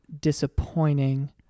disappointing